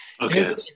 Okay